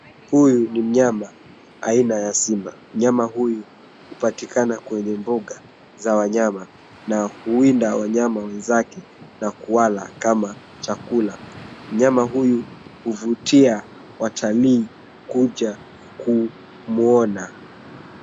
Huyu ni mnyama aina ya simba. Mnyama huyu hupatikana kwenye mbuga za wanyama, na huwinda wanyama wenzake na kuwala kama chakula. Mnyama huyu huvutia watalii kuja kumuona.